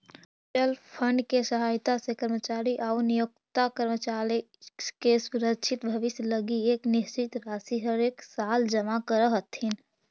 mutual fund के सहायता से कर्मचारी आउ नियोक्ता कर्मचारी के सुरक्षित भविष्य लगी एक निश्चित राशि हरेकसाल जमा करऽ हथिन